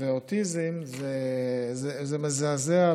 ואוטיזם זה מזעזע.